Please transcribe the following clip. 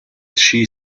she